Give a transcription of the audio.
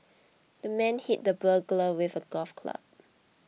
the man hit the burglar with a golf club